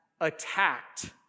attacked